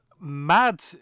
mad